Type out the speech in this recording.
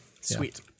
Sweet